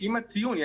שעם הציון,